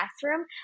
classroom